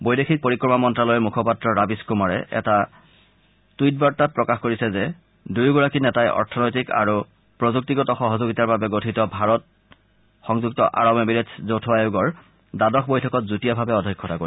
বৈদেশিক পৰিক্ৰমা মন্ত্যালয়ৰ মুখপাত্ৰ ৰাবিছ কুমাৰে এটা টুইট বাৰ্তাত প্ৰকাশ কৰিছে যে দুয়োগৰাকী নেতাই অৰ্থনৈতিক আৰু প্ৰযুক্তিগত সহযোগিতাৰ বাবে গঠিত ভাৰত সংযুক্ত আৰব এমিৰেটছ যৌথ আয়োগৰ দ্বাদশ বৈঠকত যুটীয়াভাৱে অধ্যক্ষতা কৰিব